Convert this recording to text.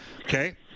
Okay